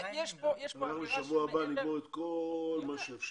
אנחנו בשבוע הבא נגמור את כל מה שאפשר,